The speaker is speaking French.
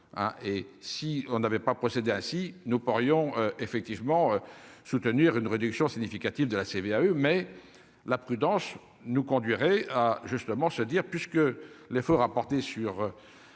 et si on n'avait pas procédé ainsi, nous pourrions effectivement soutenir une réduction significative de la CVAE mais la prudence nous conduirait à justement se dire puisque l'effort a porté sur